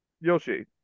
Yoshi